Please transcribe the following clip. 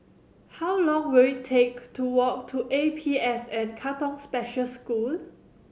how long will it take to walk to A P S N Katong Special School